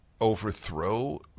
overthrow